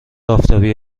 آفتابی